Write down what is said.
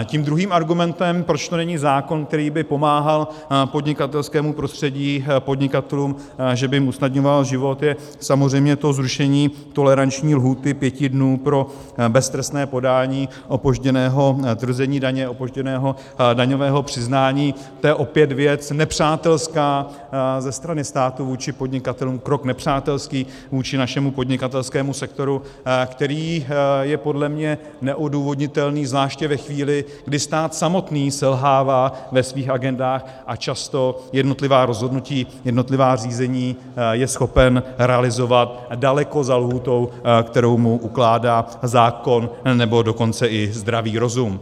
Tím druhým argumentem, proč to není zákon, který by pomáhal podnikatelskému prostředí, podnikatelům, že by jim usnadňoval život, je samozřejmě zrušení toleranční lhůty pěti dnů pro beztrestné podání opožděného tvrzení daně, opožděného daňového přiznání to je opět věc nepřátelská ze strany státu vůči podnikatelům, krok nepřátelský vůči našemu podnikatelskému sektoru, který je podle mne neodůvodnitelný, zvláště ve chvíli, kdy stát samotný selhává ve svých agendách a často jednotlivá rozhodnutí, jednotlivá řízení je schopen realizovat daleko za lhůtou, kterou mu ukládá zákon, nebo dokonce i zdravý rozum.